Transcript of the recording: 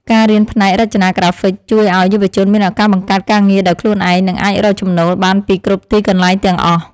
ការរៀនផ្នែករចនាក្រាហ្វិកជួយឱ្យយុវជនមានឱកាសបង្កើតការងារដោយខ្លួនឯង និងអាចរកចំណូលបានពីគ្រប់ទីកន្លែងទាំងអស់។